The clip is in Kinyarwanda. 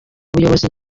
buyobozi